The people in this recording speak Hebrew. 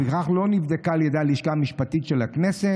ולפיכך לא נבדקה על ידי הלשכה המשפטית של הכנסת.